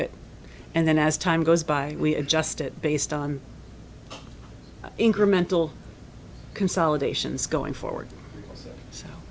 it and then as time goes by we adjust it based on incremental consolidations going forward so